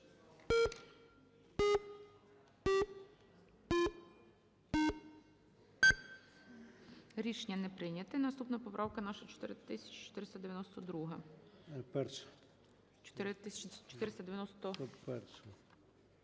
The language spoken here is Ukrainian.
Рішення не прийнято. Наступна поправка 4456.